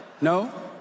No